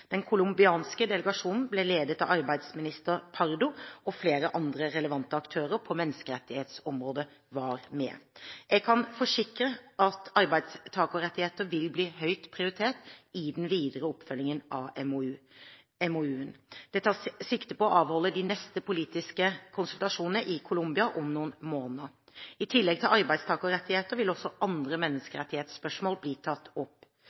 Den colombianske delegasjonen ble ledet av arbeidsminister Pardo, og flere andre relevante aktører på menneskerettighetsområdet var med. Jeg kan forsikre om at arbeidstakerrettigheter vil bli høyt prioritert i den videre oppfølgingen av MoU-en. Det tas sikte på å avholde de neste politiske konsultasjonene i Colombia om noen måneder. I tillegg til arbeidstakerrettigheter vil også andre menneskerettighetsspørsmål bli tatt opp.